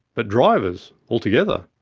but drivers, altogether.